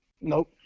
Nope